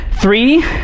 Three